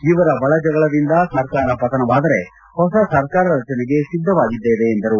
ಇವರ ಒಳಜಗಳದಿಂದ ಸರ್ಕಾರ ಪತನವಾದರೆ ಹೊಸ ಸರ್ಕಾರ ರಚನೆಗೆ ಸಿದ್ಧವಾಗಿದ್ದೇವೆ ಎಂದರು